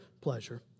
pleasure